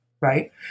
right